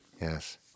Yes